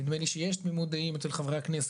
חושב שיש תמימות דעים בקרב חברי הכנסת,